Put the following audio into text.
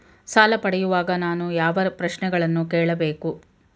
ಸಾಲ ಪಡೆಯುವಾಗ ನಾನು ಯಾವ ಪ್ರಶ್ನೆಗಳನ್ನು ಕೇಳಬೇಕು?